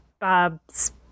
Bob's